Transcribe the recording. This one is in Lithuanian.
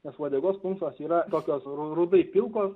nes uodegos plunksnos yra tokios rudai pilkos